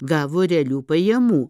gavo realių pajamų